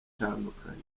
itandukanye